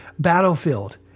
battlefield